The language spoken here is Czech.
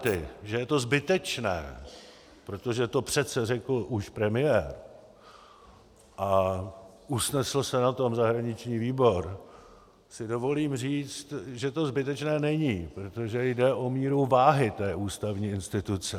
Na argumenty, že je to zbytečné, protože to přece řekl už premiér a usnesl se na tom zahraniční výbor, si dovolím říct, že to zbytečné není, protože jde o míru váhy té ústavní instituce.